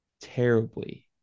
terribly